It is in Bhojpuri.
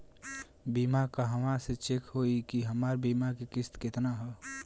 बीमा कहवा से चेक होयी की हमार बीमा के किस्त केतना ह?